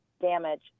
damage